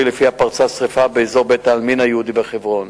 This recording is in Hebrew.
שלפיה פרצה שרפה באזור בית-העלמין היהודי בחברון.